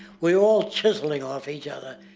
we're all chiseling off each other,